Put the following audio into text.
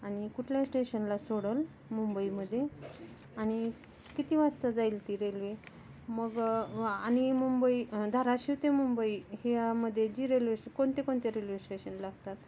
आणि कुठल्या स्टेशनला सोडेल मुंबईमध्ये आणि किती वाजता जाईल ती रेल्वे मग आणि मुंबई धाराशिव ते मुंबई ह्यामध्ये जी रेल्वे कोणते कोणते रेल्वे स्टेशन लागतात